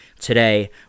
Today